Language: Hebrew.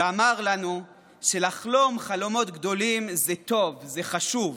ואמר לנו שלחלום חלומות גדולים זה טוב, זה חשוב,